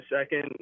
second